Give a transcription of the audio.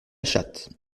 chatte